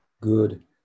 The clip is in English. good